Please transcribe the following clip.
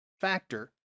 factor